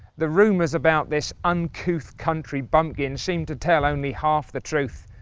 the rumors about this uncouth country bumpkin seemed to tell only half the truth.